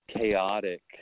chaotic